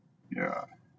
yeah